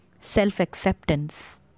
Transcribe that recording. self-acceptance